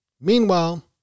Meanwhile